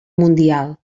mundial